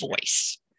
voice